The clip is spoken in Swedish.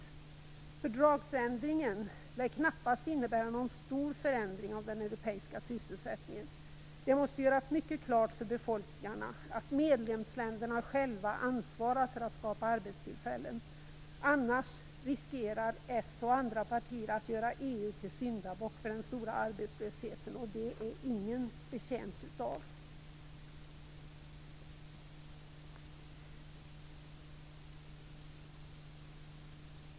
Fördragsändringen lär knappast innebära någon stor förändring av den europeiska sysselsättningen. Det måste göras mycket klart för befolkningarna att medlemsländerna själva ansvarar för att skapa arbetstillfällen. Annars finns risken att s och andra partier gör EU till syndabock för den stora arbetslösheten, och det är ingen betjänt av.